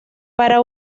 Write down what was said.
para